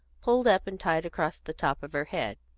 pulled up and tied across the top of her head,